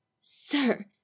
Sir